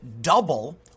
double